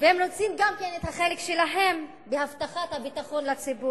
והם רוצים גם כן את החלק שלהם בהבטחת הביטחון לציבור.